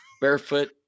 Barefoot